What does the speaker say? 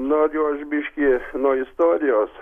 noriu aš biškį nu istorijos